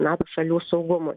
nato šalių saugumui